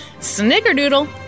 Snickerdoodle